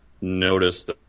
noticed